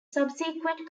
subsequent